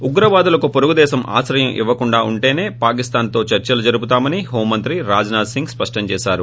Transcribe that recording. ఉగ్రవాదులకు పొరుగు దేశం ఆశ్రయం ఇవ్వకుండా ఉంటేనే పాకిస్తాన్తో చర్చలు జరుపుతామని హోంమంత్రి రాజ్నాథ్ సింగ్ స్పష్టం చేశారు